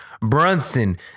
Brunson